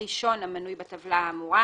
הראשון המנוי בטבלה האמורה,